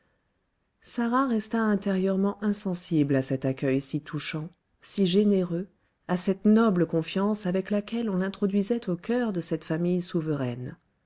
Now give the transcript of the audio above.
sarah resta intérieurement insensible à cet accueil si touchant si généreux à cette noble confiance avec laquelle on l'introduisait au coeur de cette famille souveraine